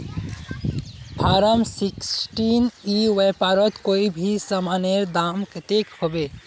Form sixteen ई व्यापारोत कोई भी सामानेर दाम कतेक होबे?